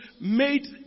made